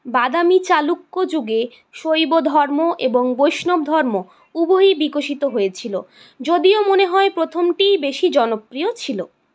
বাদামি চালুক্য যুগে শৈবধর্ম এবং বৈষ্ণবধর্ম উভয়ই বিকশিত হয়েছিল যদিও মনে হয় প্রথমটিই বেশি জনপ্রিয় ছিল